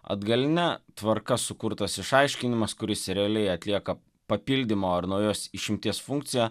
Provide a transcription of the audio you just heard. atgaline tvarka sukurtas išaiškinimas kuris realiai atlieka papildymo ar naujos išimties funkciją